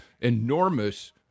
enormous